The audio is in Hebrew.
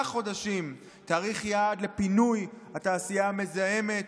חודשים תאריך יעד לפינוי התעשייה המזהמת,